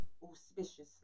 auspiciously